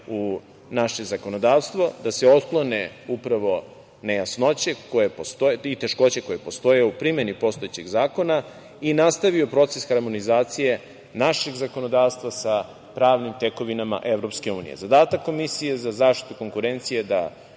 u naše zakonodavstvo, da se otklone upravo nejasnoće i teškoće koje postoje u primeni postojećeg zakona i nastavio proces harmonizacije našeg zakonodavstva sa pravnim tekovinama EU.Zadatak Komisije za zaštitu konkurencije je da